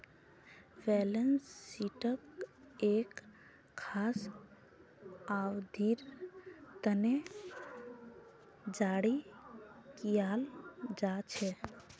balance शीटक एक खास अवधिर तने जारी कियाल जा छे